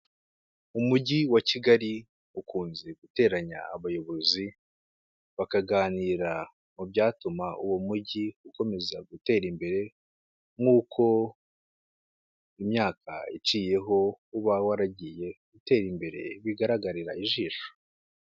Umujyi wa Kigali ukunze guteranya abayobozi, bakaganira ku byatuma uwo mujyi ukomeza gutera imbere nk'uko imyaka iciyeho uba waragiye utera imbere bigaragarira ijisho.